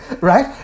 right